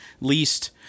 least